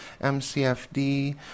MCFD